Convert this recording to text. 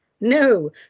No